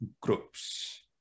groups